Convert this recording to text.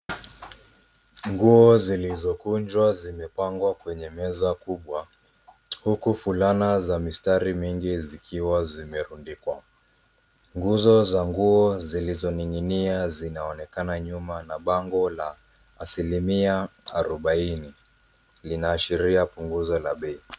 Nguo zilizokunjwa zimepangwa kwenye meza kubwa huku fulana za mistari mingi zikiwa zimerundikwa. Nguzo za nguo zilizoning'inia zinaonekana nyuma na bango la asilimia arubaini linaashiria punguzo la bei.